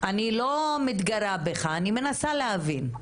אני לא מתגרה בך, אני מנסה להבין.